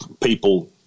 people